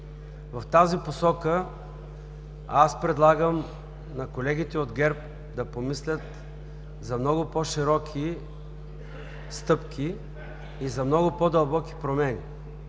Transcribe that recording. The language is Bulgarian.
В тази посока аз предлагам на колегите от ГЕРБ да помислят за много по-широки стъпки и за много по-дълбоки промени,